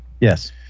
Yes